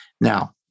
Now